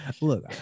Look